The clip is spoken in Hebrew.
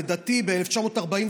לדעתי ב-1945,